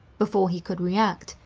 before he could react,